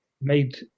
made